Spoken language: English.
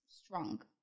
strong